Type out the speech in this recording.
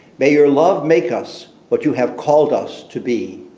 may your love make us what you have called us to be.